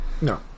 No